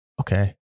Okay